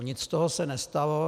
Nic z toho se nestalo.